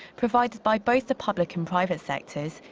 provided by both the public and private sectors.